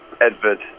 Edward